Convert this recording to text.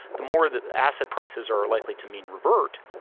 the more that asset prices are likely to mean revert,